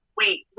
wait